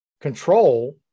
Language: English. control